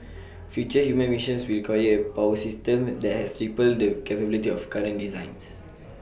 future human missions will require A power system that has triple the capability of current designs